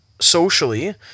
socially